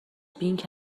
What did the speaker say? بینگ